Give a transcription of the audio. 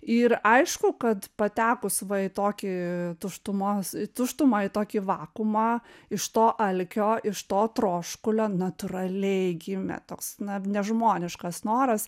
ir aišku kad patekus va į tokį tuštumos į tuštumą į tokį vakuumą iš to alkio iš to troškulio natūraliai gimė toks na nežmoniškas noras